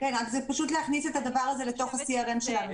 זה פשוט להכניס את הדבר הזה לתוך ה-CRN שלנו,